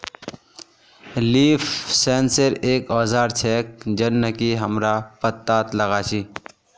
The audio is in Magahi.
लीफ सेंसर एक औजार छेक जननकी हमरा पत्ततात लगा छी